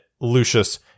Lucius